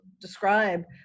describe